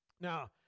now